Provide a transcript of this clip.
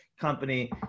company